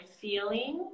feeling